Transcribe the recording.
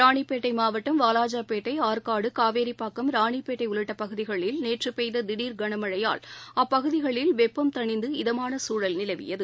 ராணிப்பேட்டைமாவட்டம் வாலாஜாபேட்டை காவேரிப்பாக்கம் ஆற்காடு ராணிப்பேட்டைஉள்ளிட்டபகுதிகளில் நேற்றுபெய்ததிடர் களமழையால் அப்பகுதிகளில் வெப்பம் தணிந்து இதமானசூழல் நிலவியது